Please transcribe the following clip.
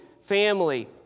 family